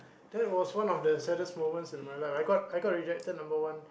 that was one of the saddest moments of my life I got I got rejected number one